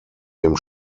dem